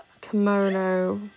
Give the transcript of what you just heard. kimono